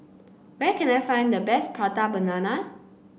where can I find the best Prata Banana